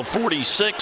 46